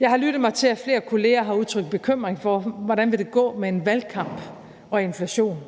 Jeg har lyttet mig til, at flere kollegaer har udtrykt bekymring for, hvordan det vil gå med en valgkamp og inflation.